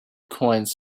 coins